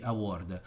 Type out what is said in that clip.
Award